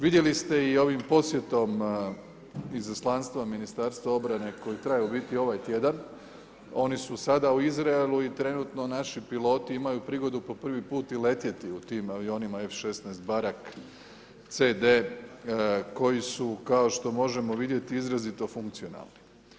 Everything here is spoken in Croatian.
Vidjeli ste i ovim posjetom izaslanstva Ministarstva obrane koji traje u biti ovaj tjedan, oni su sada u Izraelu i trenutno naši piloti imaju prigodu po prvi put i letjeti u tim avionima F-16 barak cd koji su kao što možemo vidjeti izrazito funkcionalni.